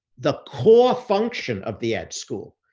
the core function of the ed school,